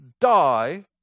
die